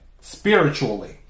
spiritually